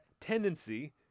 tendency